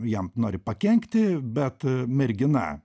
jam nori pakenkti bet mergina